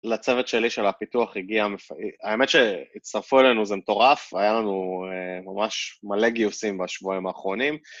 לצוות שלי של הפיתוח, הגיע המפ... האמת שהצטרפו אלינו זה מטורף, היה לנו ממש מלא גיוסים בשבועים האחרונים.